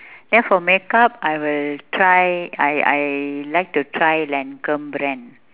then for makeup I will try I I like to try lancome brand